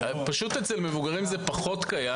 אצל מבוגרים זה פחות קיים